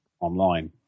online